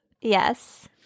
Yes